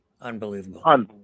Unbelievable